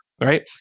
right